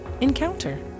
Encounter